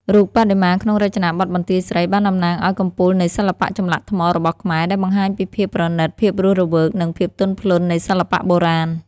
រូបបដិមាក្នុងរចនាបថបន្ទាយស្រីបានតំណាងឱ្យ កំពូលនៃសិល្បៈចម្លាក់ថ្ម របស់ខ្មែរ ដែលបង្ហាញពីភាពប្រណិត ភាពរស់រវើក និងភាពទន់ភ្លន់នៃសិល្បៈបុរាណ។